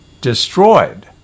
destroyed